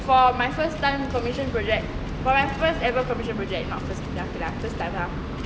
for my first time commission project for my first ever commission project not firstly lah first time lah